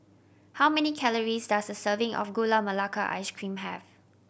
how many calories does a serving of Gula Melaka Ice Cream have